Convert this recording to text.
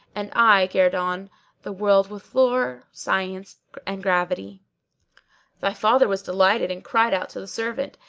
and i guerdon the world with lore, science and gravity thy father was delighted and cried out to the servant,